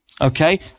okay